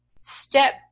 step